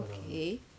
okay